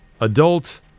adult